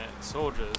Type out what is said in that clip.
Soldiers